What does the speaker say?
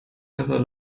heißer